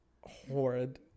Horrid